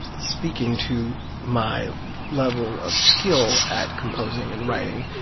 speaking to my level of skill at composing and writing,